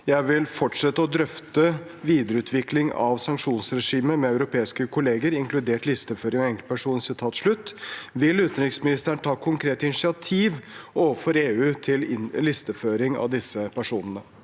«Jeg vil fortsette å drøfte videreutvikling av sanksjonsregimet med europeiske kolleger, inkludert listeføringer av enkeltpersoner.» Vil utenriksministeren ta konkrete initiativ overfor EU til listeføring av disse personene?»